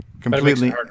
completely